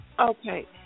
Okay